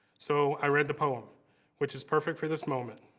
so i read the poem which is perfect for this moment.